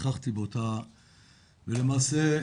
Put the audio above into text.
למעשה,